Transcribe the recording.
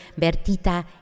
Bertita